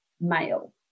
male